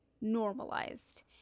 normalized